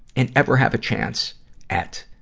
and ever have a chance at,